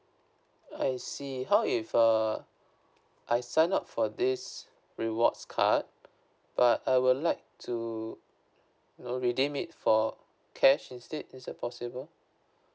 I see how if uh I sign up for this rewards card but I would like to know redeem it for cash instead is that possible